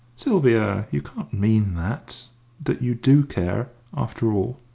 sylvia! you can't mean that that you do care, after all?